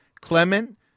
Clement